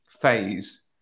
phase